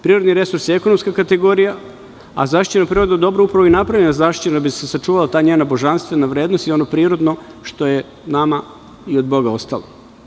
Prirodni resursi su ekonomska kategorija a zaštićeno prirodno dobro upravo je i napravljeno zaštićeno da bi se sačuvala ta njena božanstvena vrednost i ono prirodno što je nama i od Boga ostalo.